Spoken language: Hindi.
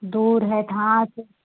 दूर हैं कहाँ से